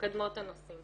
מקדמות את הנושאים.